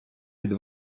під